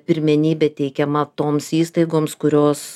pirmenybė teikiama toms įstaigoms kurios